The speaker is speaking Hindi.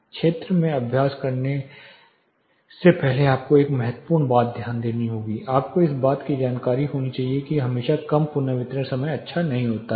क्षेत्र में अभ्यास करने से पहले आपको एक महत्वपूर्ण बात ध्यान देनी चाहिए आपको इस बात की जानकारी होनी चाहिए कि हमेशा कम पुनर्वितरण समय अच्छा नहीं होता है